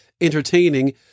entertaining